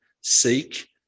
Seek